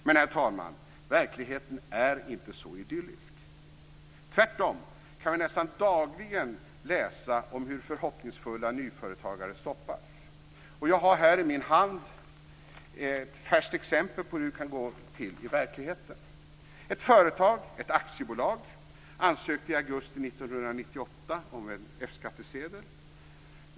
Men, herr talman, verkligheten är inte så idyllisk. Tvärtom kan vi nästan dagligen läsa om hur förhoppningsfulla nyföretagare stoppats. Jag har här i min hand ett dokument med ett färskt exempel på hur det kan gå till i verkligheten. om en F-skattsedel.